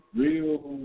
real